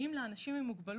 כשמגיעים לאנשים עם מוגבלות,